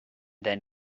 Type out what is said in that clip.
then